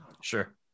Sure